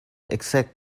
exact